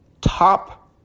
top